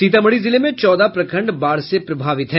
सीतामढ़ी जिले में चौदह प्रखंड बाढ़ से प्रभावित हैं